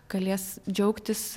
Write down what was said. galės džiaugtis